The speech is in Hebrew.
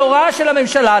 בהוראה של הממשלה,